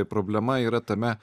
problema yra tame